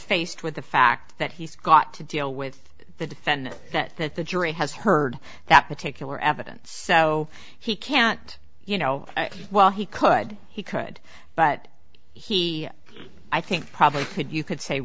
faced with the fact that he's got to deal with the defendant that that the jury has heard that particular evidence so he can't you know well he could he could but he i think probably could you could say